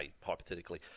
hypothetically